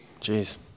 Jeez